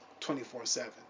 24-7